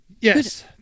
yes